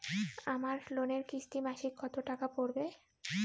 আমার লোনের কিস্তি মাসিক কত টাকা পড়বে?